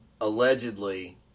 allegedly